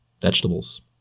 vegetables